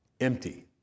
empty